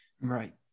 Right